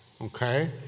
okay